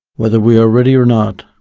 whether we are ready or not,